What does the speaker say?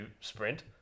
sprint